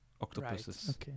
octopuses